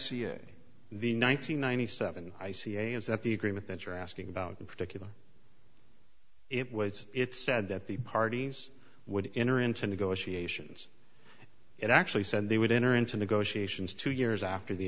a the nine hundred ninety seven i see is that the agreement that you're asking about in particular it was it said that the parties would enter into negotiations it actually said they would enter into negotiations two years after the